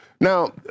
Now